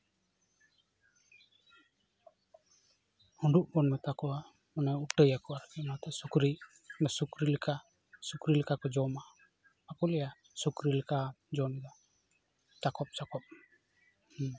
ᱦᱩᱢᱰᱩᱜ ᱵᱚᱱ ᱢᱮᱛᱟ ᱠᱚᱣᱟ ᱚᱱᱮ ᱩᱴᱟᱹᱭᱟᱠᱚ ᱟᱨᱠᱤ ᱚᱱᱟᱛᱮ ᱥᱩᱠᱨᱤ ᱥᱩᱠᱨᱤ ᱞᱮᱠᱟ ᱥᱩᱠᱨᱤ ᱞᱮᱠᱟ ᱠᱚ ᱡᱚᱢᱟ ᱵᱟᱠᱚ ᱞᱟᱹᱭᱟ ᱥᱩᱠᱨᱤᱞᱮᱠᱟ ᱡᱚᱢ ᱫᱟᱢ ᱪᱟᱠᱚᱯ ᱪᱟᱠᱚᱯ